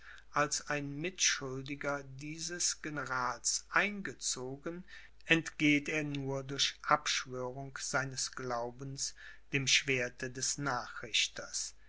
als ein mitschuldiger dieses generals eingezogen entgeht er nur durch abschwörung seines glaubens dem schwerte des nachrichters